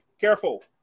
careful